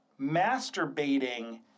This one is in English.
masturbating